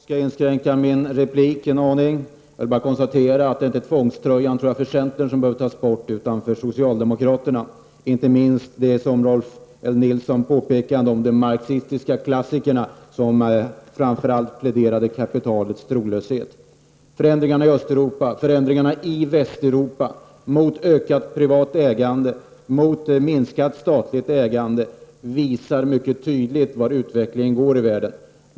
Herr talman! Eftersom Lennart Pettersson har gått skall jag inskränka min replik. Jag vill bara konstatera att det inte är tvångströjan för centern som behöver tas bort, utan tvångströjan för socialdemokraterna, inte minst med tanke på Rolf L Nilsons påpekande om den marxistiska klassikerna — framför allt när han pläderar för kapitalets trolöshet. Förändringarna i Östeuropa och i Västeuropa mot ökat privat ägande och mot minskat statligt ägande visar mycket tydligt vart utvecklingen går i världen.